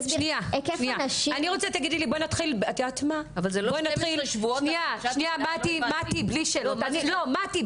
אסביר --- תגידי לי על מה אתם